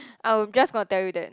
I am just gonna tell you that